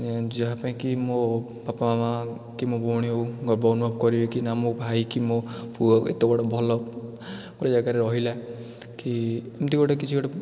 ଯାହାପାଇଁକି ମୋ ବାପା ମା' କି ମୋ ଭଉଣୀ ହଉ ଗର୍ବ ଅନୁଭବ କରିବେକି ନା ମୋ ଭାଇ କି ମୋ ପୁଅ ଏତେ ବଡ଼ ଭଲ ଗୋଟେ ଜାଗାରେ ରହିଲା କି ଏମିତି ଗୋଟେ କିଛି ଗୋଟେ